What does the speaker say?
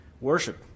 worship